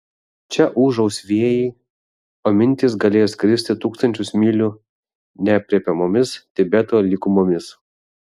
čia ūžaus vėjai o mintys galės skristi tūkstančius mylių neaprėpiamomis tibeto lygumomis